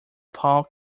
paul